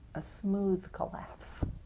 ah smooth collapse,